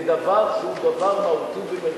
כדבר שהוא דבר מהותי ומרכזי.